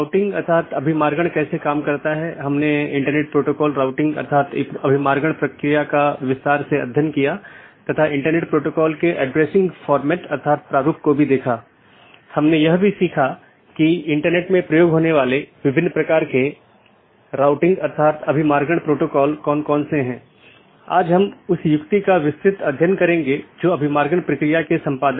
यदि आप पिछले लेक्चरों को याद करें तो हमने दो चीजों पर चर्चा की थी एक इंटीरियर राउटिंग प्रोटोकॉल जो ऑटॉनमस सिस्टमों के भीतर हैं और दूसरा बाहरी राउटिंग प्रोटोकॉल जो दो या उससे अधिक ऑटॉनमस सिस्टमो के बीच है